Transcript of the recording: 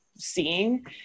Seeing